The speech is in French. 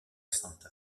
santa